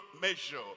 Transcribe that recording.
measure